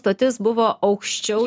stotis buvo aukščiau